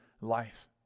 life